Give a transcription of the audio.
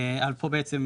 עד לפה עשינו